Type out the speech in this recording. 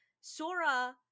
Sora